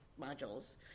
modules